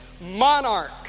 monarch